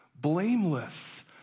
blameless